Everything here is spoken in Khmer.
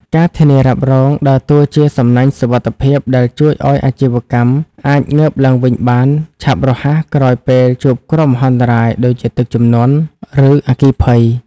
ការធានារ៉ាប់រងដើរតួជា "សំណាញ់សុវត្ថិភាព" ដែលជួយឱ្យអាជីវកម្មអាចងើបឡើងវិញបានឆាប់រហ័សក្រោយពេលជួបគ្រោះមហន្តរាយ ដូចជាទឹកជំនន់ ឬអគ្គិភ័យ។